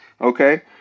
Okay